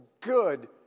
good